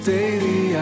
Daily